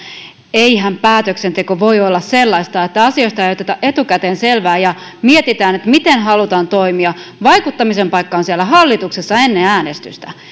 eihän päätöksenteko voi olla sellaista että asioista ei oteta etukäteen selvää ja mietitä miten haluaan toimia vaikuttamisen paikka on siellä hallituksessa ennen äänestystä